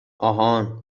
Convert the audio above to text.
آهان